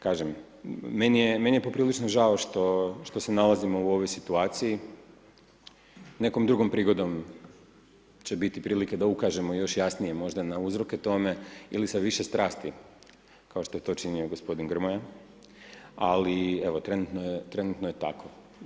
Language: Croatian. Kažem, meni je poprilično žao što se nalazimo u ovoj situaciji, nekom drugom prigodom će biti prilike da ukažemo još jasnije možda na uzroke tome ili sa više strasti kao što je to činio g. Grmoja, ali evo trenutno je tako.